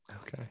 Okay